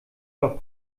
doch